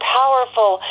powerful